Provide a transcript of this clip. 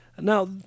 now